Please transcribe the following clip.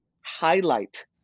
highlight